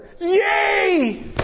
Yay